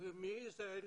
ומאיזה ערים?